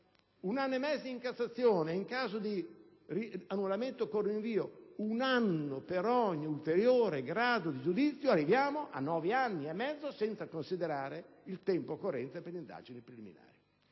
un anno e mezzo in Cassazione e, in caso di annullamento con rinvio, un anno per ogni ulteriore grado di giudizio e arriviamo ad una durata di nove anni e mezzo, senza considerare il tempo occorrente per le indagini preliminari;